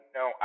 no